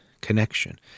connection